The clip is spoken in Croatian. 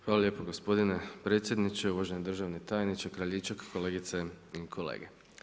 Hvala lijepo, gospodine predsjedniče, uvaženi državni tajniče, Kraljičak, kolegice i kolege.